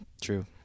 True